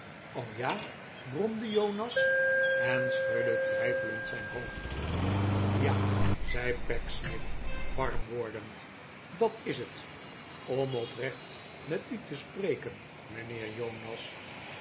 ja bromde jonas en schudde twijfelend zijn hoofd ja zei pecksniff warm wordend dat is het om oprecht met u te spreken mijnheer